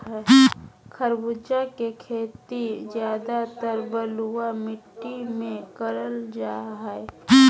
खरबूजा के खेती ज्यादातर बलुआ मिट्टी मे करल जा हय